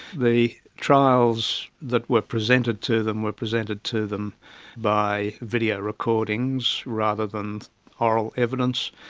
the trials that were presented to them were presented to them by video recordings rather than oral evidence.